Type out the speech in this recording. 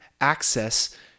access